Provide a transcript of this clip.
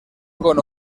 con